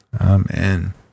Amen